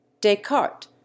Descartes